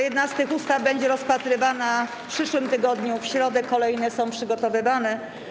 Jedna z tych ustaw będzie rozpatrywana w przyszłym tygodniu, w środę, kolejne są przygotowywane.